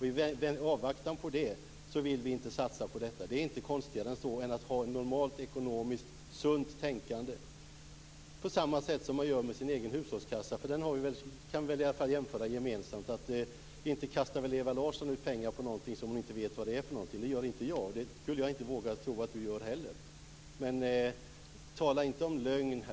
I avvaktan på det vill vi inte satsa på detta. Det är inte konstigare än normalt sunt ekonomiskt tänkande - på samma sätt som man gör med sin egen hushållskassa. Vi får väl där göra en gemensam jämförelse; inte kastar väl Ewa Larsson ut pengar på någonting som hon inte vet vad det är? Det gör inte jag. Det skulle jag inte tro att hon heller gör. Tala inte om lögn.